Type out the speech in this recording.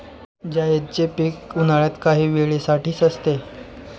जायदचे पीक उन्हाळ्यात काही वेळे साठीच असते